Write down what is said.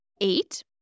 eight